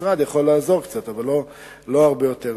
המשרד יכול לעזור קצת, אבל לא הרבה יותר מזה.